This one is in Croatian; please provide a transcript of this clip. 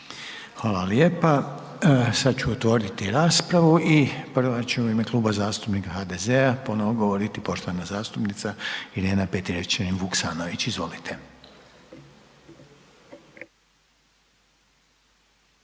Hvala lijepa. Sad ću otvoriti raspravu i prva će u ime Kluba zastupnika HDZ-a ponovo govoriti poštovana zastupnica Irena Petrijevčanin Vukasnović. Izvolite.